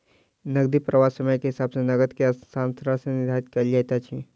नकदी प्रवाह समय के हिसाब सॅ नकद के स्थानांतरण सॅ निर्धारित कयल जाइत अछि